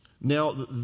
Now